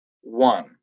one